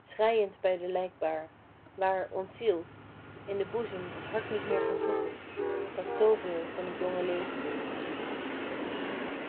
schreiend bij de lijkbaar waar ontzield in den boezem t hart niet meer kan kloppen dat zooveel van t jonge leven hield